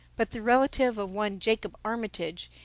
but the relative of one jacob armitage,